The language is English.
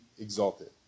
exalted